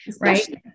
right